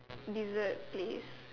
dessert place